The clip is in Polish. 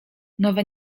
nowe